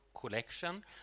collection